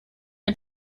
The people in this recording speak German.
ein